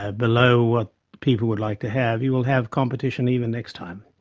ah below what people would like to have, you will have competition even next time.